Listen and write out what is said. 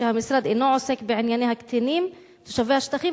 שהמשרד אינו עוסק בענייני הקטינים תושבי השטחים,